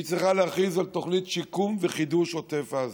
היא צריכה להכריז על תוכנית שיקום וחידוש עוטף עזה.